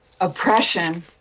oppression